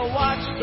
watch